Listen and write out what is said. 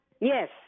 Yes